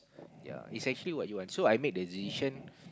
yea it's actually what you want so I made that decision